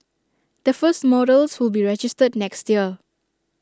the first models will be registered next year